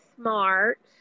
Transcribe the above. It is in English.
smart